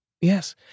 Yes